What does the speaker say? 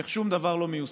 איך שום דבר לא מיושם,